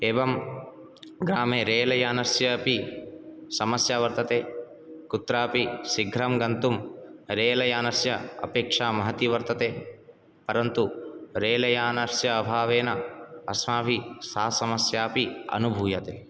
एवं ग्रामे रैल यानस्यापि समस्या वर्तते कुत्रापि सिघ्रं गन्तुं रैल यानस्य अपेक्षा महती वर्तते परन्तु रैल यानस्य अभावेन अस्माभि सा समस्यापि अनुभूयते